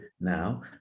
now